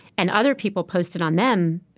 and other people posted on them,